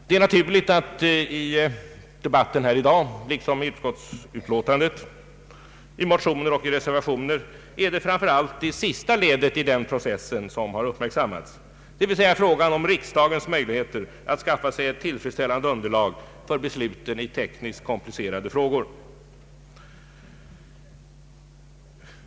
Det är naturligt att i dagens debatt, i utskottsutlåtandet, i motioner och i reservationer framför allt det sista ledet i den processen har uppmärksammats, dvs. frågan om riksdagens möjligheter att skaffa sig ett tillfredsställande underlag för besluten i tekniskt komplicerade frågor.